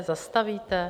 Zastavíte?